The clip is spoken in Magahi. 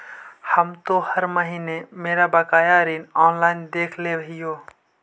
हम तो हर महीने मेरा बकाया ऋण ऑनलाइन देख लेव हियो